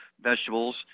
vegetables